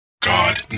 God